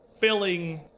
filling